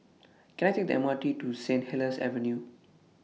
Can I Take The M R T to Saint Helier's Avenue